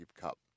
Cup